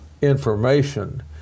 information